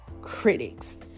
critics